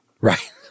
Right